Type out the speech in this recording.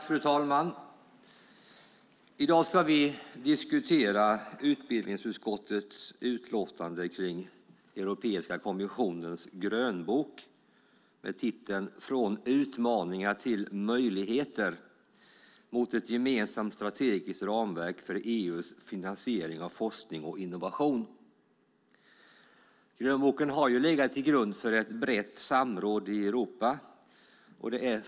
Fru talman! I dag ska vi diskutera utbildningsutskottets utlåtande över Europeiska kommissionens grönbok med titeln Från utmaningar till möjligheter: Mot ett gemensamt strategiskt ramverk för EU:s finansiering av forskning och innovation . Grönboken har legat till grund för ett brett samråd i Europa.